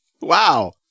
Wow